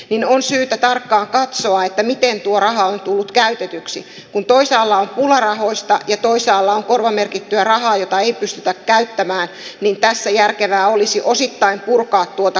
niin on syytä tarkkaan katsoo että miten tuo raha on tullut käytetyksi kun toisaalla on kullanarvoista ja toisaalla on korvamerkittyä rahaa jota ei pystytä käyttämään niin päänsä järkevää olisi osittain purkaa tuota